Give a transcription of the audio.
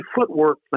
footwork